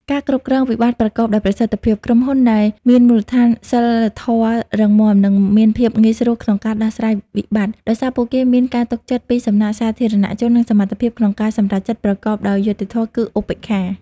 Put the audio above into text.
ការគ្រប់គ្រងវិបត្តិប្រកបដោយប្រសិទ្ធភាព: ក្រុមហ៊ុនដែលមានមូលដ្ឋានសីលធម៌រឹងមាំ នឹងមានភាពងាយស្រួលក្នុងការដោះស្រាយវិបត្តិ ដោយសារពួកគេមាន ការទុកចិត្ត ពីសំណាក់សាធារណជន និងសមត្ថភាពក្នុងការសម្រេចចិត្តប្រកបដោយ យុត្តិធម៌ គឺ ឧបេក្ខា។